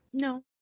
no